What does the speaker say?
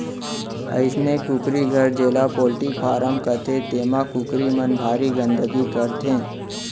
अइसने कुकरी घर जेला पोल्टी फारम कथें तेमा कुकरी मन भारी गंदगी करथे